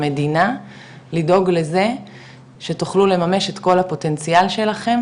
המדינה לדאוג לזה שתוכלו לממש את כל הפוטנציאל שלכם